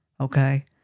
okay